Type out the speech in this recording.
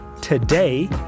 today